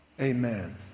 amen